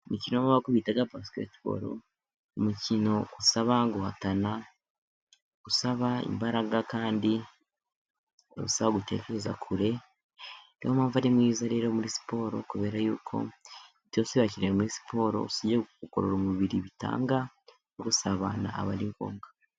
Umukino w'amaboko bita basiketiboro, umukino usaba guhatana, usaba imbaraga, kandi usaba gutekereza kure. Niyo mpamvu ari mwiza rero, muri siporo kubera yuko byose birakenewe muri siporo usibye kugorora umubiri bitanga, no gusabana aba ari ngombwa.